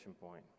point